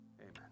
Amen